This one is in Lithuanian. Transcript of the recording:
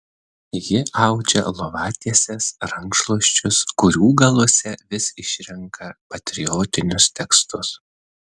ji audžia lovatieses rankšluosčius kurių galuose vis išrenka patriotinius tekstus